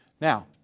Now